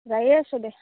যায়ে আছোঁ দে